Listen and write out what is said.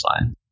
line